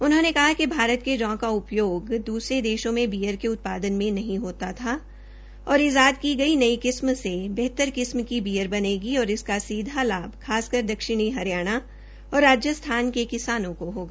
उन्होंने कहा कि भारत के जौं का उपयोग मे नहीं होता था और इजाद की गई नई किस्म से बेहतर किस्म की बीयर बनेगी और इसका सीधा लाभ खासकर दक्षिणी हरियाणा और राजस्थान के किसानों को होगा